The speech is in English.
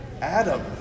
Adam